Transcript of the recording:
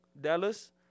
Dallas